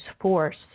force